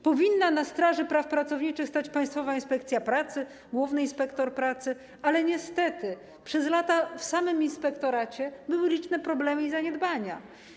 Powinna na straży praw pracowniczych stać Państwowa Inspekcja Pracy, główny inspektor pracy, ale niestety przez lata w samym inspektoracie były liczne problemy i zaniedbania.